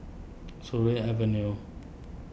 Surin Avenue